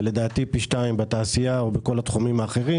ולדעתי, פי שניים בתעשייה או בכל התחומים האחרים.